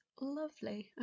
lovely